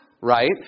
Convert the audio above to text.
Right